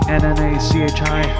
n-n-a-c-h-i